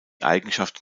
eigenschaft